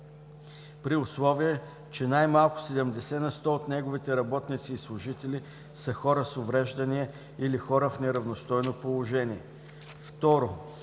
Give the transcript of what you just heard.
при условие че най-малко 70 на сто от неговите работници и служители са хора с увреждания или хора в неравностойно положение;